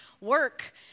work